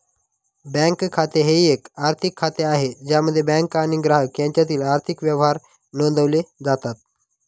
bank खाते हे एक आर्थिक खाते आहे ज्यामध्ये बँक आणि ग्राहक यांच्यातील आर्थिक व्यवहार नोंदवले जातात